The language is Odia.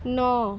ନଅ